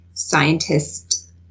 scientists